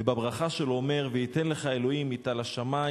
ובברכה שלו אומר: "ויתן לך ה' מטל השמים